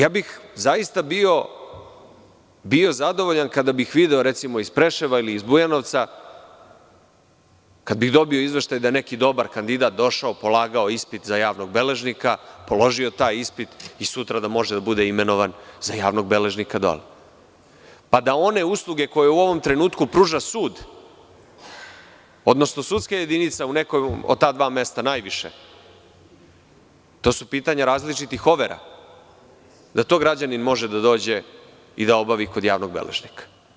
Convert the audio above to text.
Zaista bih bio zadovoljan kada bih video iz Preševa ili Bujanovca, kada bih dobio izveštaj da je neki dobar kandidat došao i polagao ispit za javnog beležnika, položio taj ispit i sutra da može da bude imenovan za javnog beležnika dole, pa da one usluge koje u ovom trenutku pruža sud, odnosno sudska jedinica u nekom od ta dva mesta, najviše, a to vam jesu pitanja različitih overa, da onda građanin može da dođe i da obavi kod javnog beležnika.